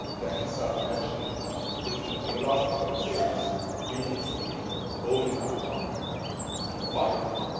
to actually start imagining different. and the last thing i would say ah is we need to be bold enough now to find